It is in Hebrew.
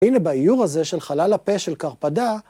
הנה באיור הזה של חלל הפה של קרפדה,